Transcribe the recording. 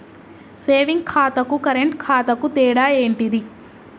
Saving ఖాతాకు current ఖాతాకు తేడా ఏంటిది?